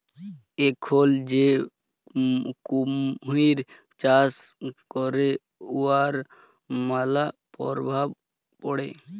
এখল যে কুমহির চাষ ক্যরে উয়ার ম্যালা পরভাব পড়ে